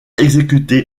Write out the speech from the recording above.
exécuté